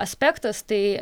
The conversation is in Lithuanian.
aspektas tai